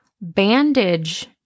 bandage